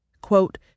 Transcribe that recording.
Quote